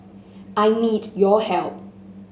I need your help